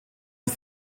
ist